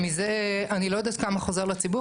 ומזה, אני לא יודעת כמה חוזר לציבור.